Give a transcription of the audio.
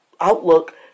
outlook